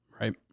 Right